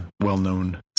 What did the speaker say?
well-known